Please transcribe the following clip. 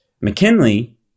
McKinley